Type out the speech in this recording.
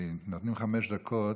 נותנים חמש דקות,